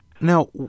now